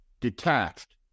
detached